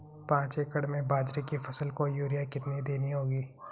पांच एकड़ में बाजरे की फसल को यूरिया कितनी देनी होगी?